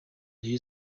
reyo